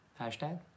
Hashtag